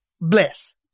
bless